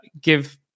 give